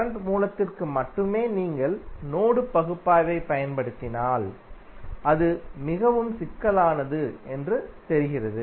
current மூலத்திற்கு மட்டுமே நீங்கள் நோடு பகுப்பாய்வைப் பயன்படுத்தினால் அது மிகவும் சிக்கலானது என்று தெரிகிறது